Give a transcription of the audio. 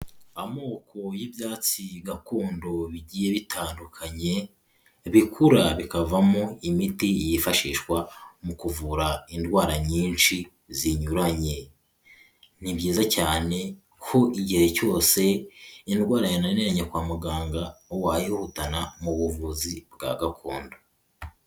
Amoko y'ibyatsi gakondo bigiye bitandukanye, bikura bikavamo imiti yifashishwa mu kuvura indwara nyinshi zinyuranye. Ni byiza cyane ko igihe cyose indwara yananiranye kwa muganga wayihutana mu buvuzi bwa gakondo.